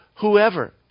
whoever